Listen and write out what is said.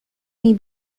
may